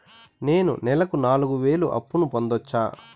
నేను నెలకు నాలుగు వేలు అప్పును పొందొచ్చా?